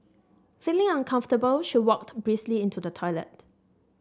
feeling uncomfortable she walked briskly into the toilet